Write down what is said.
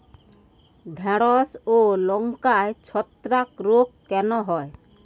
ঢ্যেড়স ও লঙ্কায় ছত্রাক রোগ কেন হয়?